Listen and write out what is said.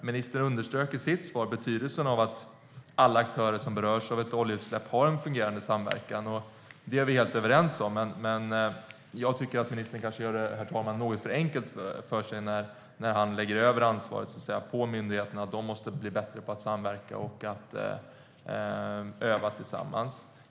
Ministern underströk i sitt svar betydelsen av att alla aktörer som berörs av ett oljeutsläpp har en fungerande samverkan, det är vi helt överens om. Men jag tycker att ministern kanske gör det något för enkelt för sig när han lägger över ansvaret på myndigheterna och säger att de måste bli bättre på att samverka och på att öva tillsammans.